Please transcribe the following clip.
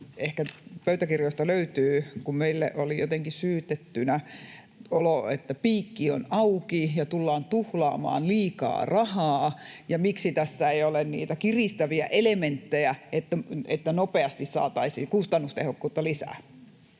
ehkä pöytäkirjoista löytyy, miten meillä oli jotenkin syytetty olo, että piikki on auki ja tullaan tuhlaamaan liikaa rahaa ja miksi tässä ei ole niitä kiristäviä elementtejä, että nopeasti saataisiin kustannustehokkuutta lisää.